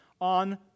on